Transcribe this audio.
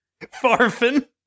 Farfin